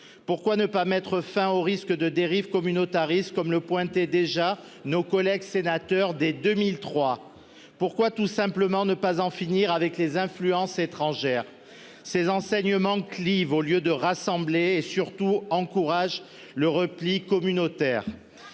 Pourquoi ne pas mettre fin aux risques de dérive communautariste, comme le pointaient déjà nos collègues sénateurs dès 2003 ? Pourquoi, tout simplement, ne pas en finir avec les influences étrangères ? Ces enseignements clivent au lieu de rassembler et, surtout, encouragent le repli communautaire.